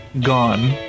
gone